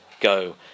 go